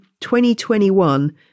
2021